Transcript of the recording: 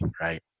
right